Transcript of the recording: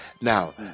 Now